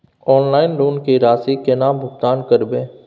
Online loan के राशि केना भुगतान करबे?